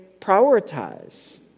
prioritize